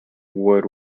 wood